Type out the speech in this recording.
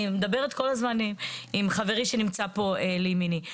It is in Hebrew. אני מדברת כל הזמן עם חברי שנמצא פה לימיני.